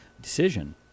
decision